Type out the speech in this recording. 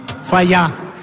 Fire